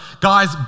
guys